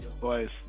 Boys